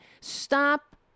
Stop